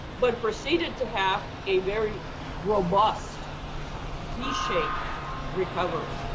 but proceeded to have a very robust v-shaped recovery,